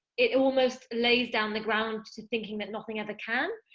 it almost lays down the ground to thinking that nothing ever can,